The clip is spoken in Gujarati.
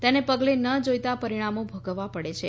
તેને પગલે ન જોઈતા પરિણામો ભોગવવા પડે છે